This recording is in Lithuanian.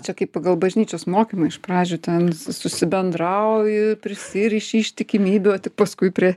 čia kaip pagal bažnyčios mokymą iš pradžių ten susibendrauji prisiriši ištikimybių o tik paskui prie